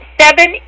seven